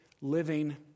living